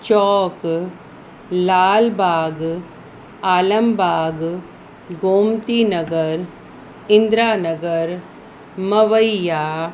Chowk Lalbagh Alambagh Gomtinagar Indira Nagar Mawaiya